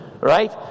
right